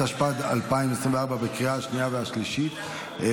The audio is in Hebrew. התשפ"ד 2024. אתה,